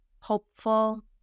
hopeful